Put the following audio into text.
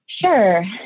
Sure